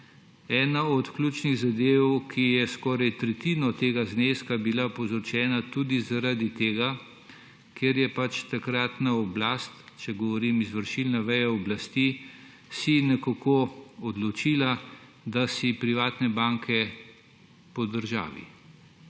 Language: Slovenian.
ena od ključnih zadev, kjer je bila skoraj tretjina tega zneska povzročena tudi zaradi tega, ker se je pač takratna oblast, izvršilna veja oblasti, nekako odločila, da si privatne banke podržavi.